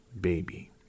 baby